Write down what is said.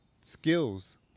skills